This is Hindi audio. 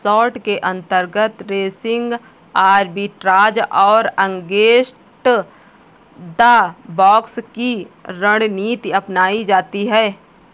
शार्ट के अंतर्गत रेसिंग आर्बिट्राज और अगेंस्ट द बॉक्स की रणनीति अपनाई जाती है